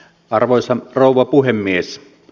arvoisa rouva puhemies